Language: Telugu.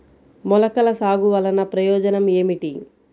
మొలకల సాగు వలన ప్రయోజనం ఏమిటీ?